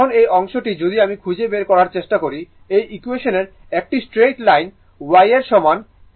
এখন এই অংশটি যদি আমি খুঁজে বের করার চেষ্টা করি এই ইকুয়েশনের একটি স্ট্রেইট লাইন y এর সমান m x c কে করতে হবে